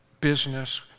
business